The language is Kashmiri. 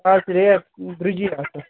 اَز چھ ریٹ درٛۄجی آسان